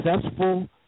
successful